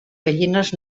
gallines